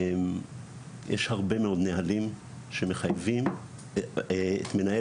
יש הרבה מאוד נהלים שמחייבים את מנהל